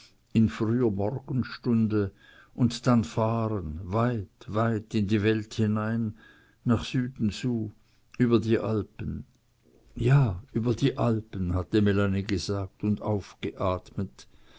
in früher morgenstunde und dann fahren weit weit in die welt hinein nach süden zu über die alpen ja über die alpen hatte melanie gesagt und aufgeatmet